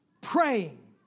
praying